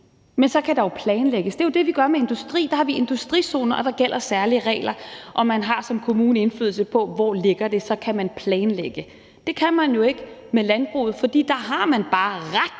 bygges, men der kan planlægges. Det er jo det, vi gør med industri. Der har vi industrizoner, og der gælder særlige regler, og man har som kommune indflydelse på, hvor de skal ligge, og så kan man planlægge. Det kan man jo ikke med landbruget, for der har de bare ret